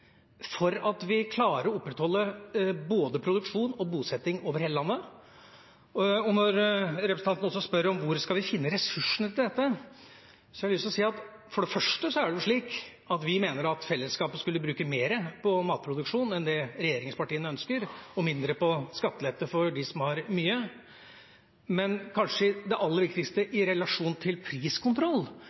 for at vi klarer å opprettholde både produksjon og bosetting over hele landet. Når representanten også spør hvor vi skal finne ressursene til dette, har jeg lyst til å si at for det første er det slik at vi mener at fellesskapet skulle bruke mer på matproduksjon enn det regjeringspartiene ønsker, og mindre på skattelette for dem som har mye. Men kanskje det aller viktigste i relasjon til priskontroll